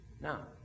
now